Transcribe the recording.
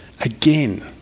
Again